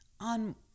on